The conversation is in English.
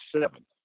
seven